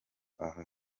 aha